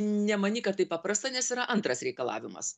nemanyk kad taip paprasta nes yra antras reikalavimas